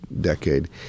decade